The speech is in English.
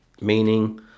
meaning